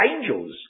angels